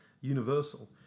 universal